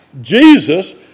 Jesus